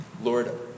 Lord